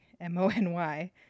M-O-N-Y